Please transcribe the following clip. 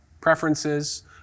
preferences